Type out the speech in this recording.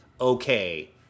okay